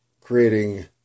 creating